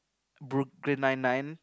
Brooklyn Nine Nine